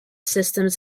systems